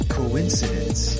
coincidence